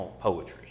poetry